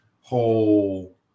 whole